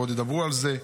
ועוד ידברו על זה.